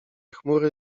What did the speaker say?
chmury